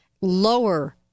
lower